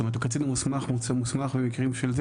זאת אומרת הקצין המוסמך נמצא מוסמך במקרים אלה